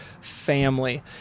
family